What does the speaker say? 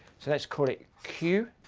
so let's call it q.